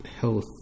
health